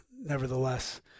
nevertheless